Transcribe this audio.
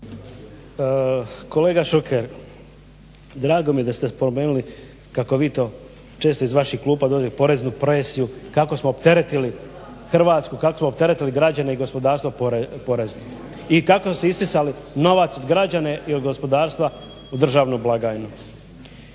Kolega Šuker drago mi je da ste spomenuli kako vi to često iz vaših klupa poreznu presiju kako smo opteretili Hrvatsku, kako smo opteretili građane i gospodarstvo porezima. I kako smo isisali novac od građana i od gospodarstva u državnu blagajnu.